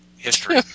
history